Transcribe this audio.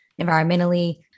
environmentally